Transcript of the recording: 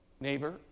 neighbor